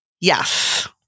Yes